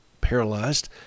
paralyzed